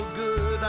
good